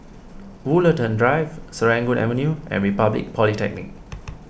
Woollerton Drive Serangoon Avenue and Republic Polytechnic